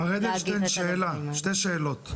מר אדלשטיין שתי שאלות,